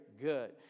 good